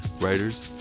writers